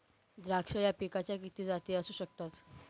द्राक्ष या पिकाच्या किती जाती असू शकतात?